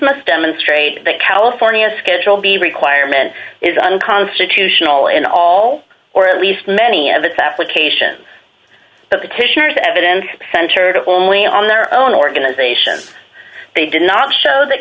must demonstrate that california schedule b requirement is unconstitutional in all or at least many of its application but petitioners evidence centered it only on their own organizations they did not show that